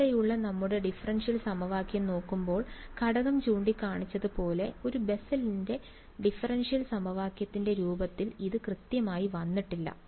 ഇവിടെയുള്ള നമ്മുടെ ഡിഫറൻഷ്യൽ സമവാക്യം നോക്കുമ്പോൾ ഘടകം ചൂണ്ടിക്കാണിച്ചതുപോലെ ഇത് ബെസ്സലിന്റെ ഡിഫറൻഷ്യൽ Bessel's differential സമവാക്യത്തിന്റെ രൂപത്തിൽ ഇതുവരെ കൃത്യമായി വന്നിട്ടില്ല